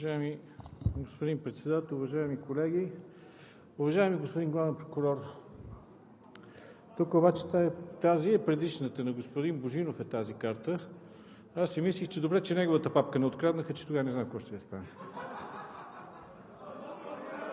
Уважаеми господин Председател, уважаеми колеги, уважаеми господин Главен прокурор! Тук обаче картата е на господин Божинов. Аз си помислих – добре, че неговата папка не откраднаха, че тогава не знам какво щеше да стане!